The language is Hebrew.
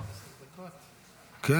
זה הרבה.